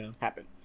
happen